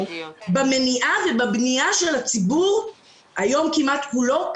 נעסוק במניעה ובבנייה של הציבור קדימה.